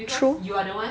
true